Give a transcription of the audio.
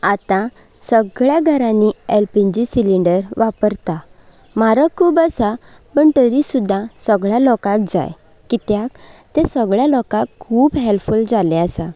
आतां सगळ्या घरांनी एलपिजी सिलिंडर वापरता म्हारग खूब आसा पण तरी सुद्दा सगळ्या लोकांक जाय कित्याक ते सगळ्या लोकांक खूब हॅल्फफूल जाल्ले आसा